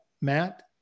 matt